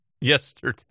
yesterday